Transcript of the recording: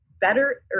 better